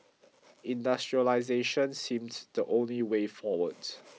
industrialisation seemed the only way forward